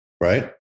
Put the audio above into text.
right